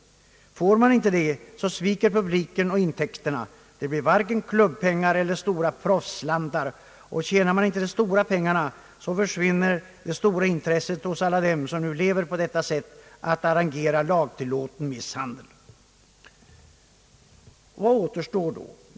Får den inte det, så sviker den och intäkterna minskas, det blir varken klubbpengar eller stora proffsslantar. Och tjänar man inte de stora pengarna, så försvinner det stora intresset hos alla dem, som nu lever på detta sätt att arrangera s.k. lagtillåten misshandel. Vad återstår då?